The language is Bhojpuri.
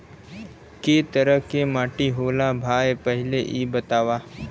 कै तरह के माटी होला भाय पहिले इ बतावा?